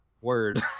word